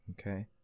okay